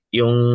yung